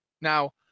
Now